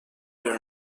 però